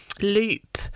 loop